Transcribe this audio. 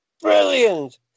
brilliant